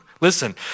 Listen